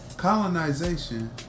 colonization